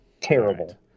Terrible